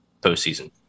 postseason